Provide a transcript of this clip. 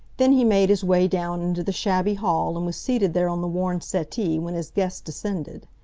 then he made his way down into the shabby hall and was seated there on the worn settee when his guest descended.